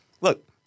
look